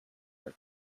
her